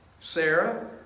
Sarah